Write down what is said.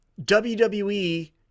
WWE